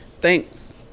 Thanks